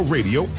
Radio